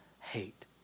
hate